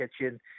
Kitchen